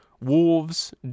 Wolves